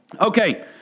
Okay